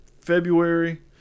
February